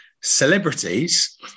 Celebrities